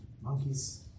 monkeys